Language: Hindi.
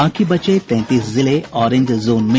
बाकी बचे तैंतीस जिले ऑरेंज जोन में